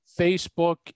Facebook